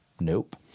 Nope